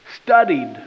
studied